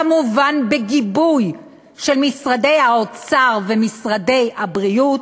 כמובן בגיבוי של משרד האוצר ומשרד הבריאות.